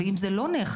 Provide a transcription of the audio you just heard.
ואם זה לא נאכף,